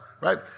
right